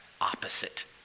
opposite